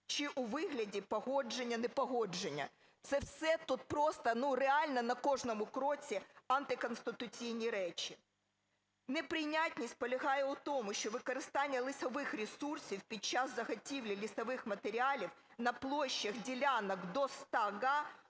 чи у вигляді погодження/непогодження. Це все тут просто, ну, реально на кожному кроці антиконституційні речі. Неприйнятність полягає у тому, що використання лісових ресурсів під час заготівлі лісових матеріалів на площах ділянок до 100 га